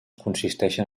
consisteixen